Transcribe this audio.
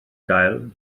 gael